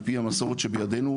על פי המסורת שבידנו,